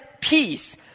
Peace